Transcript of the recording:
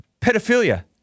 pedophilia